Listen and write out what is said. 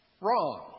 wrong